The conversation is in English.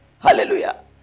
hallelujah